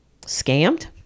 scammed